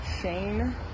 Shane